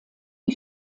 die